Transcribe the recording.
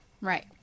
Right